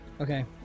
Okay